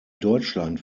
deutschland